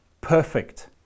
perfect